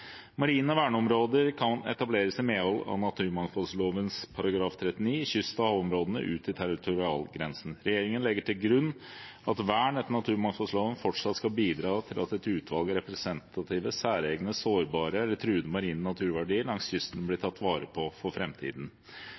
Marine verneområder kan i medhold av naturmangfoldloven § 39 etableres i kyst- og havområdene ut til territorialgrensen. Regjeringen legger til grunn at vern etter naturmangfoldloven fortsatt skal bidra til at et utvalg av representative, særegne, sårbare eller truede marine naturverdier langs kysten blir tatt vare på for